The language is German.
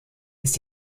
ist